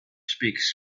speaks